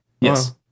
Yes